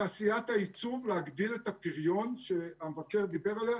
תעשיית ייצור להגדיל את הפריון שהמבקר דיבר עליה.